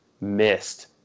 missed